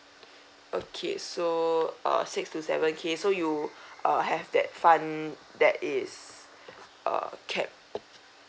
okay so uh six to seven K so you uh have that fund that is uh check